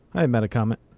hi, metacommet.